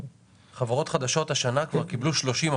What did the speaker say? חברות חדשות השנה כבר קיבלו 30 אחוזים.